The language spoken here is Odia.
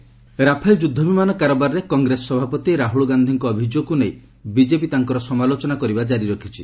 ବିଜେପି ରାଫେଲ୍ ରାଫେଲ୍ ଯୁଦ୍ଧ ବିମାନ କାରବାରରେ କଂଗ୍ରେସ ସଭାପତି ରାହ୍ରଳ ଗାନ୍ଧିଙ୍କ ଅଭିଯୋଗକୁ ନେଇ ବିଜେପି ତାଙ୍କର ସମାଲୋଚନା କରିବା କାରି ରଖିଛି